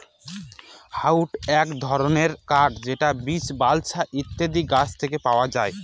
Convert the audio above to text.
hardwood এক ধরনের কাঠ যেটা বীচ, বালসা ইত্যাদি গাছ থেকে পাওয়া যায়